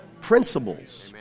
Principles